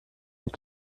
hat